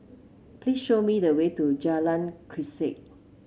please show me the way to Jalan Grisek